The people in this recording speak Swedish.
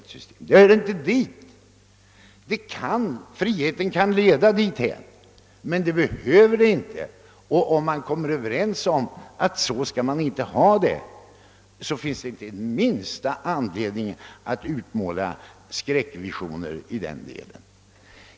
De hör inte dit. Friheten kan leda dithän, men den behöver inte göra det. Om man kommer överens om att man inte skall ha det så, finns det inte minsta anledning att utmåla några sådana skräckvisioner.